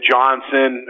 Johnson